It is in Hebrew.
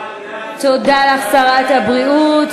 תודה לשרת הבריאות.